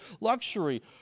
luxury